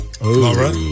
Laura